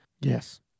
Yes